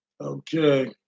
Okay